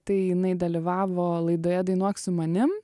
tai jinai dalyvavo laidoje dainuok su manim